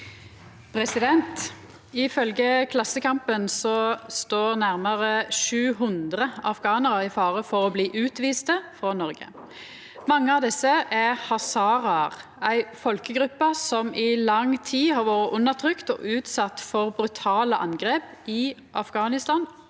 «Ifølgje Klassekam- pen står nærare 700 afghanarar i fare for å bli utviste frå Noreg. Mange av desse er hazaraar, ei folkegruppe som i lang tid har vore undertrykt og utsett for brutale angrep i Afghanistan